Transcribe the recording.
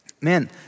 man